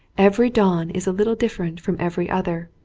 every dawn is a little different from every other,